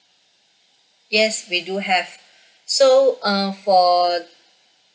yes we do have so err for